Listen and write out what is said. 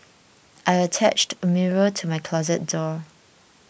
I attached a mirror to my closet door